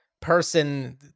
person